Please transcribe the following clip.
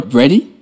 ready